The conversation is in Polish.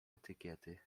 etykiety